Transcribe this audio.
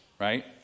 right